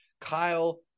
kyle